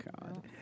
God